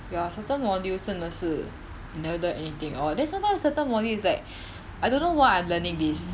ya certain modules 真的是 never learn anything at all then sometimes certain module is like I don't know why I learning this